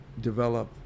develop